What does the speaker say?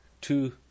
two